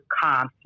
conflict